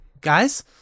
Guys